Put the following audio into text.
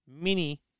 mini